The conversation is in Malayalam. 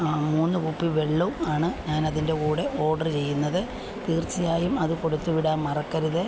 മൂന്ന് കുപ്പി വെള്ളവും ആണ് ഞാൻ അതിൻ്റെ കൂടെ ഓർഡർ ചെയ്യുന്നത് തീർച്ചയായും അത് കൊടുത്തുവിടാൻ മറക്കരുതേ